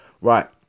Right